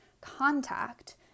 contact